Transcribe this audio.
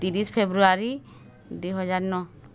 ତିରିଶି ଫେବୃଆରୀ ଦୁଇ ହଜାର ନଅ